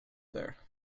there